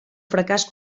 fracàs